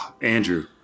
Andrew